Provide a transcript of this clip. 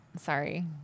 Sorry